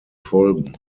folgen